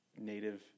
native